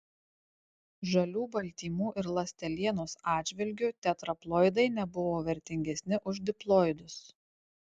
žalių baltymų ir ląstelienos atžvilgiu tetraploidai nebuvo vertingesni už diploidus